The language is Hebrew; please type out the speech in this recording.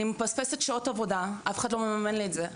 אני מפספסת שעות עבודה, אף אחד לא מממן לי את זה.